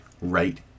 right